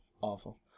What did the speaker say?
awful